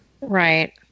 Right